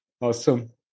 awesome